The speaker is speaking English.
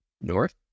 North